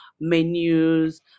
menus